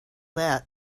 that